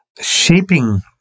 shaping